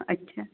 अच्छा